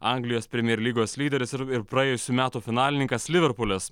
anglijos premjer lygos lyderis ir ir praėjusių metų finalininkas liverpulis